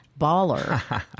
baller